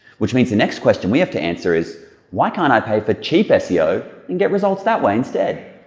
which means the next question we have to answer is why can't i pay for cheap ah seo and get results that way instead?